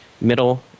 middle